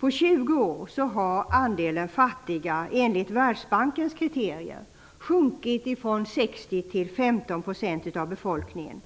På 20 år har andelen fattiga, enligt Världsbankens kriterier, minskat från 60 % till 15 % av befolkningen.